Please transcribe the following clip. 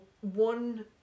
one